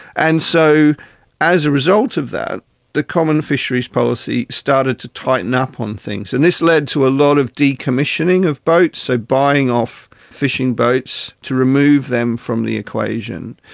and so as a result of that the common fisheries policy started to tighten up on things, and this led to a lot of decommissioning of boats, so buying off fishing boats to remove them from the equation.